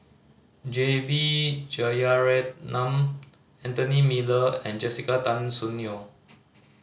J B Jeyaretnam Anthony Miller and Jessica Tan Soon Neo